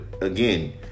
again